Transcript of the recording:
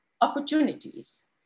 opportunities